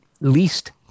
least